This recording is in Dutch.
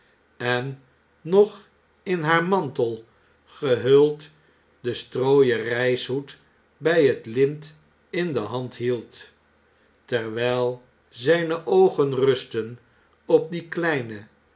en nog in haar mantel gehuld den strooien reishoed bjj het lint in de hand hield terwfll zn'ne oogen rustten op die kleine